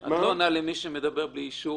את לא עונה למי שמדבר בלי אישור.